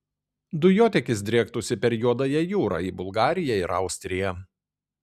dujotiekis driektųsi per juodąją jūrą į bulgariją ir austriją